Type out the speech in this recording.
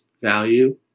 value